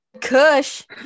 kush